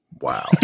Wow